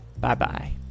Bye-bye